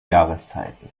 jahreszeiten